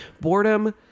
boredom